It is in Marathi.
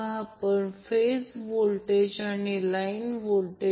ते यापासून आहे मी फेजर आकृतीकडे जात नाही